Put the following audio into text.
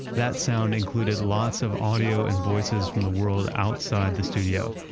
that sound included lots of audio and voices from the world outside the studio.